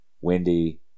Windy